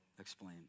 explain